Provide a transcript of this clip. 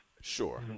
Sure